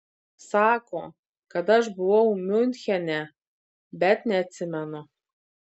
sako kad aš buvau miunchene bet neatsimenu